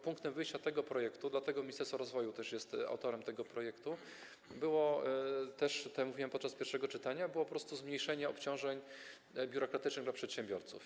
Punktem wyjścia tego projektu - dlatego Ministerstwo Rozwoju też jest autorem tego projektu - było, jak mówiłem podczas pierwszego czytania, po prostu zmniejszenie obciążeń biurokratycznych dla przedsiębiorców.